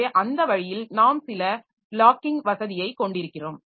எனவே அந்த வழியில் நாம் சில லாக்கிங் வசதியைக் கொண்டிருக்கிறோம்